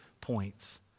points